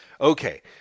Okay